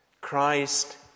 Christ